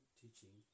teaching